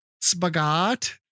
spaghetti